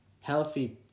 healthy